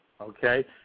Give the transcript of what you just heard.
okay